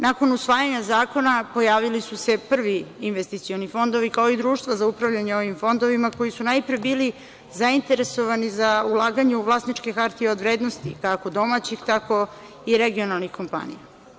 Nakon usvajanja zakona pojavili su se prvi investicioni fondovi, kao i društva za upravljanje ovim fondovima, koji su najpre bili zainteresovani za ulaganje u vlasničke hartije od vrednosti, kako domaćih, tako i regionalnih kompanija.